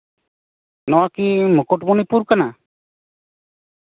ᱱᱚᱣᱟ ᱠᱤ ᱢᱩᱠᱩᱴᱢᱚᱱᱤᱯᱩᱨ ᱠᱟᱱᱟ